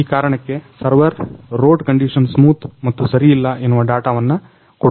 ಈ ಕಾರಣಕ್ಕೆ server road condition smooth ಮತ್ತು ಸರಿಯಿಲ್ಲ ಎನ್ನುವ ಡಾಟವನ್ನ ಕೊಡುತ್ತದೆ